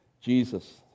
Jesus